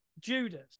Judas